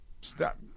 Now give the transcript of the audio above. stop